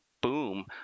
boom